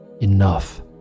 enough